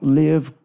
live